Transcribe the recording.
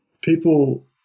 people